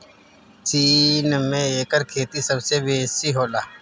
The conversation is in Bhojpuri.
चीन में एकर खेती सबसे बेसी होला